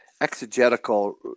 exegetical